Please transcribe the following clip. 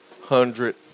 hundred